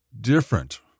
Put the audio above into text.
different